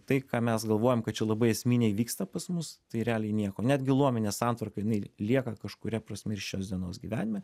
tai ką mes galvojam kad čia labai esminiai vyksta pas mus tai realiai nieko netgi luominė santvarka jinai lieka kažkuria prasme ir šios dienos gyvenime